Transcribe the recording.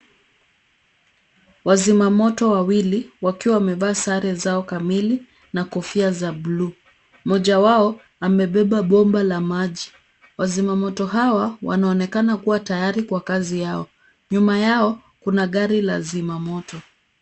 Wazima moto wawili wakiwa wamevaa sare zao kamili na kofia za bluu. Mmoja wao amebeba bomba la maji. Wazima moto hawa wanaonekana kuwa tayari kwa kazi yao. Nyuma yao kuna gari la zima moto.